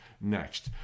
next